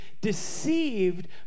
deceived